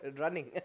running